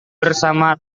bersama